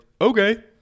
Okay